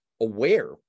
aware